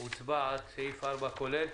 הוצבע עד סעיף 4, כולל,